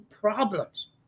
problems